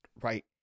Right